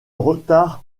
retard